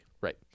Right